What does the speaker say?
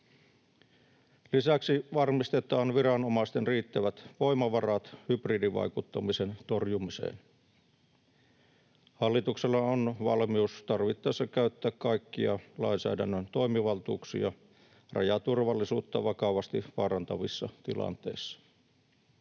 Lisäksi varmistetaan viranomaisten riittävät voimavarat hybridivaikuttamisen torjumiseen. Hallituksella on valmius tarvittaessa käyttää kaikkia lainsäädännön toimivaltuuksia rajaturvallisuutta vakavasti vaarantavissa tilanteissa.